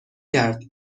کرد